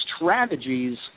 strategies